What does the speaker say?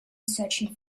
searching